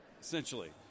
essentially